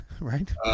Right